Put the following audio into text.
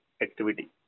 activity